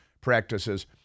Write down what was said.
practices